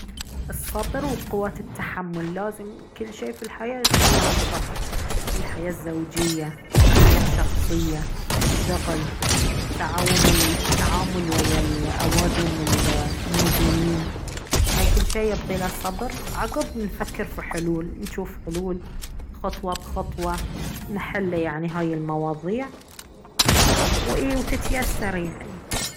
الصبر وقوة التحمل لازم كل شيء في الحياة يطلب الصبر الحياة الزوجية الحياة الشخصية الشغل التعاوم التعامل ويا الأوادم المو زنين هاي كل شي يبغي له صبر عقب نفكر في حلول نشوف حلول خطوة بخطوة نحل يعني هاي المواضيع وإيه وتتيسر يعني